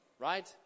Right